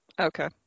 Okay